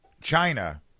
China